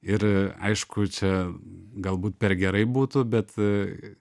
ir aišku čia galbūt per gerai būtų bet